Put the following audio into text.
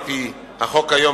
על-פי החוק היום,